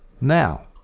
Now